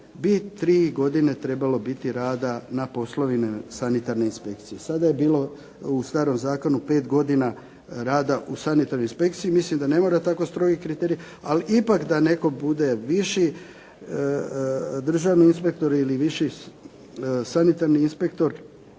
bi tri godine trebalo biti rada na poslovima sanitarne inspekcije. Sada je bilo u starom zakonu pet godina rada u sanitarnoj inspekciji. Mislim da ne mora tako strogi kriterij, ali ipak da netko bude viši državni inspektor ili viši sanitarni inspektor.